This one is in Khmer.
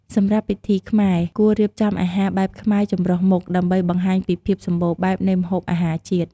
សម្រាប់ពិធីខ្មែរ គួររៀបចំ អាហារបែបខ្មែរចម្រុះមុខ ដើម្បីបង្ហាញពីភាពសម្បូរបែបនៃម្ហូបអាហារជាតិ។